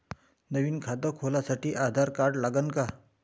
नवीन खात खोलासाठी आधार कार्ड लागन का?